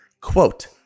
quote